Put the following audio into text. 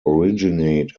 originate